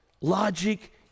logic